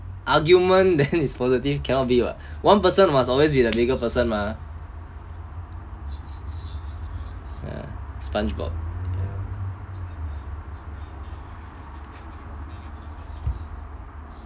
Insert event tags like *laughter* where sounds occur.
argument *laughs* then is positive cannot be what one person must always be the bigger person mah spongebob ya